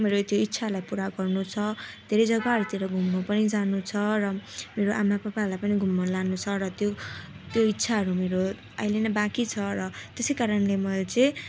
मेरो त्यो इच्छाहरूलाई पुरा गर्नु छ धेरै जग्गाहरूतिर घुम्नु पनि जानु छ र मेरो आमा पापाहरूलाई पनि घुम्न लानु छ र त्यो त्यो इच्छाहरू मेरो अहिले नै बाँकी छ र त्यसै कारणले मैले चाहिँ